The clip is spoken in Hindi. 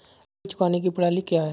ऋण चुकाने की प्रणाली क्या है?